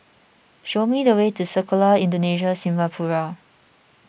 show me the way to Sekolah Indonesia Singapura